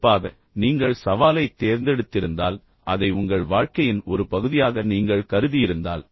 குறிப்பாக நீங்கள் சவாலைத் தேர்ந்தெடுத்திருந்தால் பின்னர் அதை உங்கள் வாழ்க்கை மற்றும் வாழ்க்கையின் ஒரு பகுதியாக நீங்கள் கருதியிருந்தால்